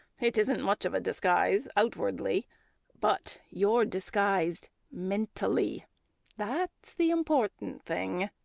it isn't much of a disguise outwardly but you're disguised mentally that's the important thing.